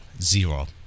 zero